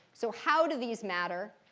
so how do these matter?